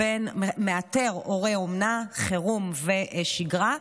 הוא מאתר הורה אומנה, חירום ושגרה,